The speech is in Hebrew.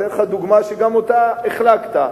אני אתן לך דוגמה שגם אותה החלקת,